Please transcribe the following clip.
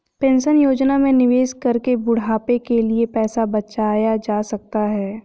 pension योजना में निवेश करके बुढ़ापे के लिए पैसा बचाया जा सकता है